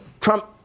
Trump